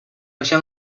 香槟